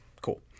cool